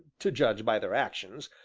to judge by their actions,